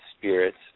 spirits